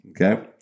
Okay